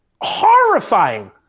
horrifying